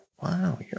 wow